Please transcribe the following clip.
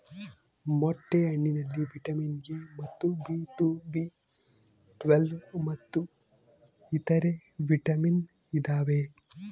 ಮೊಟ್ಟೆ ಹಣ್ಣಿನಲ್ಲಿ vitamin A ಮತ್ತು ಬಿ ಟು ಬಿ ಟ್ವೇಲ್ವ್ ಮತ್ತು ಇತರೆ ವಿಟಾಮಿನ್ ಇದಾವೆ